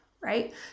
right